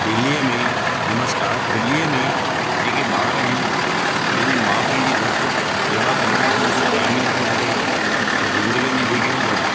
दिल्लीअ में नमस्कार दिल्लीअ में जे के ॿार आहिनि पंहिंजी माउ पीउ जी बिल्कुलु सेवा करण जो उन्हनि खे टाइम ई नथो मिले त बुज़ुर्ग़नि जी जेकियूं वधि